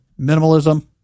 Minimalism